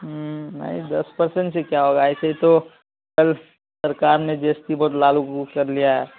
ہوں نہیں دس پرسنٹ سے کیا ہوگا ایسے تو سرکار نے جی ایس ٹی بہت لاگو کر لیا ہے